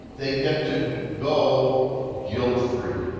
they get to go guilt free.